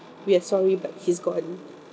we are sorry but he's gone